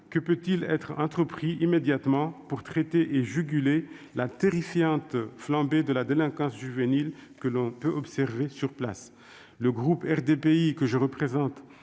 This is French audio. que peut-on entreprendre immédiatement pour traiter et juguler la terrifiante flambée de la délinquance juvénile que l'on peut observer sur place ? Le groupe RDPI, que je représente,